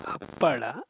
ಹಪ್ಪಳ